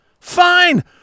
Fine